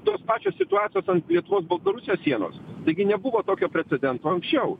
tos pačios situacijos ant lietuvos baltarusijos sienos taigi nebuvo tokio precedento anksčiau